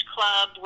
Club